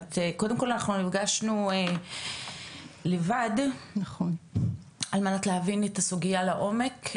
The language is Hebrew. קודם כל אנחנו נפגשנו לבד על מנת להבין את הסוגיה לעומק,